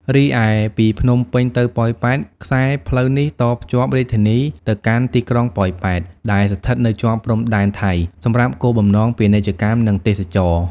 រីឯពីភ្នំពេញទៅប៉ោយប៉ែត ខ្សែផ្លូវនេះតភ្ជាប់រាជធានីទៅកាន់ទីក្រុងប៉ោយប៉ែត ដែលស្ថិតនៅជាប់ព្រំដែនថៃ សម្រាប់គោលបំណងពាណិជ្ជកម្ម និងទេសចរណ៍។